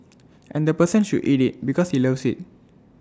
and the person should eat IT because he loves IT